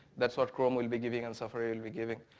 that's what chrome will be giving and safari will be giving.